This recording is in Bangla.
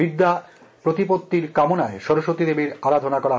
বিদ্যা সাহ প্রতিপত্তির কামনায় সরস্বতী দেবীর আরাধনা করা হয়